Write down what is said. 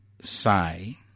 say